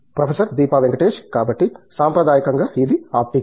professor Deepa Venkatesh కాబట్టి సాంప్రదాయకంగా ఇది ఆప్టిక్స్